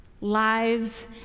lives